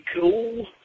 cool